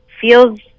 feels